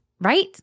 right